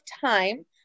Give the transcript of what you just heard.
time